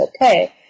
okay